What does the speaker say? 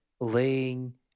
laying